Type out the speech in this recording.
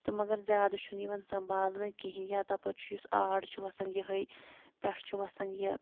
تہٕ مگر زیادٕ چھُنہٕ یِوان سَنٛبھالنہٕ کِہیٖنۍ یا تَپٲرۍ چھُ یُس آر چھُ وَسان یِہوٚے پٮ۪ٹھ چھُ وَسان یہِ